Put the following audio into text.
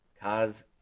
cause